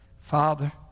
Father